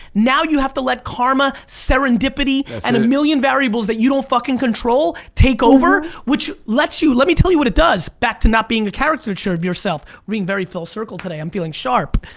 now you have to let karma, serendipity, and a million variables that you don't fucking control take over, which lets you, let me tell you what it does, back to not being a caricature of yourself. being very full circle today, i'm feeling sharp.